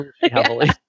heavily